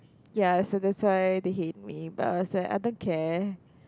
ya so that's why they hate me but I was like I don't care